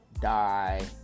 die